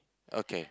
okay